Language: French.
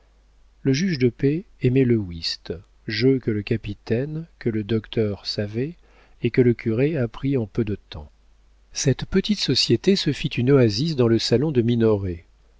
le juge de paix aimait le whist jeu que le capitaine que le docteur savaient et que le curé apprit en peu de temps cette petite société se fit une oasis dans le salon de minoret